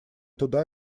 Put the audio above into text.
туда